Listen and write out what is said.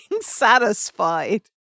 satisfied